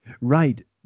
Right